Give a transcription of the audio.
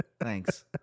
thanks